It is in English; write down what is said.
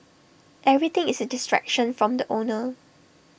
everything is A distraction from the owner